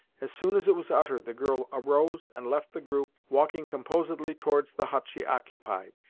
as soon as it was uttered the girl arose and left the group, walking composedly towards the hut she occupied,